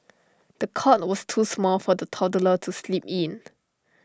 the cot was too small for the toddler to sleep in